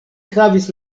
havis